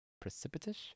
precipitous